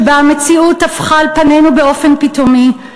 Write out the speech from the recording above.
שבו המציאות טפחה על פנינו באופן פתאומי,